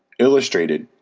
illustrated,